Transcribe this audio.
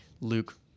Luke